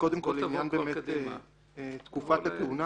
קודם כל לעניין תקופת הכהונה.